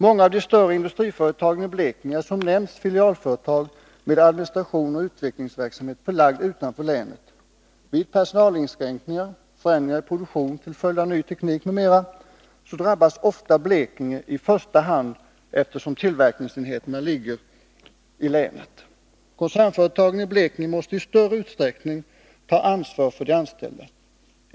Många av de större industriföretagen i Blekinge är som nämnts filialföretag med administration och utvecklingsverksamhet förlagd utanför länet. Vid personalinskränkningar, förändringar i produktionen till följd av ny teknik m.m. drabbas ofta Blekinge i första hand, eftersom tillverkningsenheterna ligger i länet. Koncernföretagen i Blekinge måste i större utsträckning ta ansvar för de anställda.